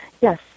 Yes